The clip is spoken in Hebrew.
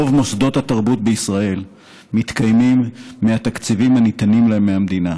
רוב מוסדות התרבות בישראל מתקיימים מהתקציבים הניתנים להם מהמדינה,